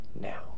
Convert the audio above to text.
now